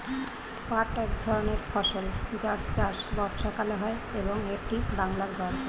পাট এক ধরনের ফসল যার চাষ বর্ষাকালে হয় এবং এটি বাংলার গর্ব